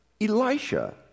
Elisha